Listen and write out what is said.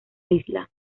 isla